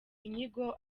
inyigo